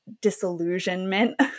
disillusionment